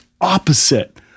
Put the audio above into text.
opposite